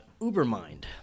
Ubermind